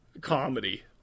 comedy